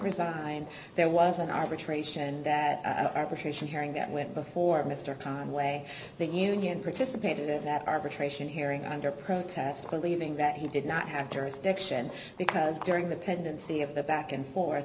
resign there was an arbitration that arbitration hearing that went before mr conway the union participated in that arbitration hearing under protest believing that he did not have to as the action because during the pendency of the back and forth